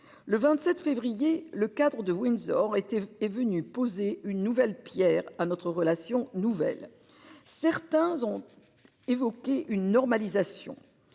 le 27 février, le cadre de Windsor était est venue poser une nouvelle Pierre à notre relation nouvelle. Certains ont évoqué une normalisation.